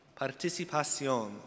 Participación